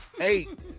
Eight